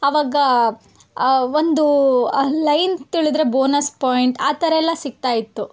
ಆವಾಗ ಒಂದು ಆ ಲೈನ್ ತುಳಿದ್ರೆ ಬೋನಸ್ ಪಾಯಿಂಟ್ ಆ ಥರ ಎಲ್ಲ ಸಿಕ್ತಾ ಇತ್ತು